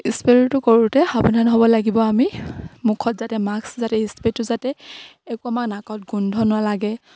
স্প্ৰে'টো কৰোঁতে সাৱধান হ'ব লাগিব আমি মুখত যাতে মাক্স যাতে স্প্ৰে'টো যাতে একো আমাৰ নাকত গোন্ধ নালাগে